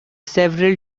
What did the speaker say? several